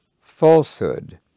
falsehood